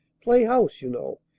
play house, you know,